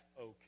okay